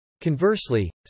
Conversely